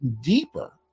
deeper